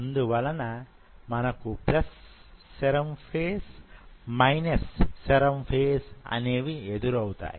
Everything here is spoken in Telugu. అందువలన మనకు plus serum phase minus serum phase అనేవి ఎదురవుతాయి